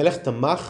המלך תמך